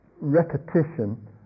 repetition